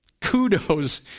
Kudos